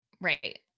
Right